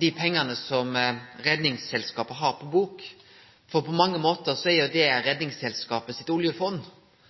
dei pengane som Redningsselskapet har på bok, på, for på mange måtar er det Redningsselskapet sitt oljefond.